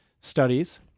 studies